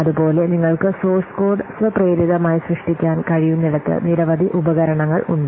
അതുപോലെ നിങ്ങൾക്ക് source code സ്വപ്രേരിതമായി സൃഷ്ടിക്കാൻ കഴിയുന്നിടത്ത് നിരവധി ഉപകരണങ്ങൾ ഉണ്ട്